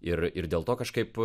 ir ir dėl to kažkaip